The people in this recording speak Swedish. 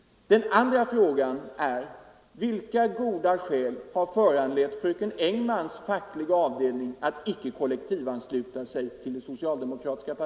Den andra frågan är: Vilka goda skäl har föranlett fröken Engmans fackliga avdelning att icke kollektivansluta sig till det socialdemokratiska